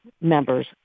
members